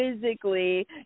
physically